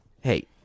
Hey